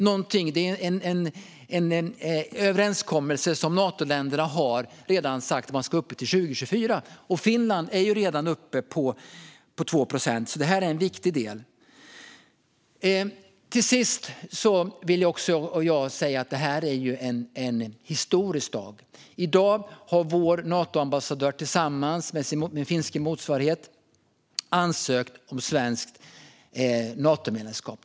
Det är en överenskommelse som Natoländerna har sagt att man ska ha uppe till 2024, och Finland är ju redan uppe på 2 procent. Detta är alltså en viktig del. Till sist vill även jag säga att detta är en historisk dag. I dag har vår Natoambassadör tillsammans med sin finländske motsvarighet ansökt om Natomedlemskap.